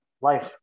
life